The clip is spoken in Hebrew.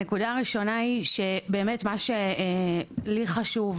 הנקודה הראשונה היא שבאמת מה שלי חשוב,